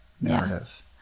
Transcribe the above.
narrative